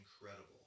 incredible